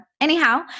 anyhow